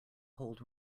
hold